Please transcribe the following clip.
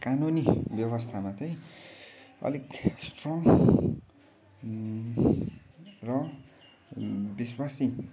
कानुनी व्यवस्थामा चाहिँ अलिक स्ट्रङ र विश्वासी